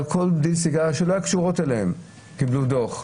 על כל בדל סיגריה שלא היה קשור אליהם קיבלו דוח,